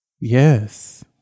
Yes